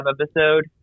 episode